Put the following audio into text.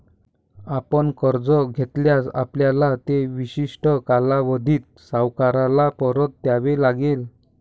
आपण कर्ज घेतल्यास, आपल्याला ते विशिष्ट कालावधीत सावकाराला परत द्यावे लागेल